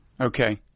Okay